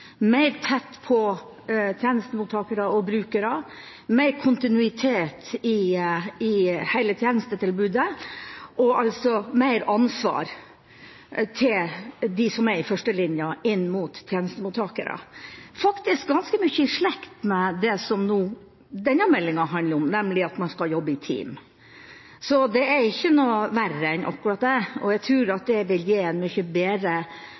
mer tett på tjenestemottakere og brukere, har mer kontinuitet i hele tjenestetilbudet, og de som er i førstelinja, har mer ansvar inn mot tjenestemottakerne. Det er faktisk ganske mye i slekt med det som denne meldinga handler om, nemlig at man skal jobbe i team. Det er ikke noe verre enn akkurat det, og jeg tror det vil gi en mye bedre,